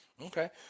Okay